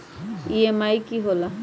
EMI की होला?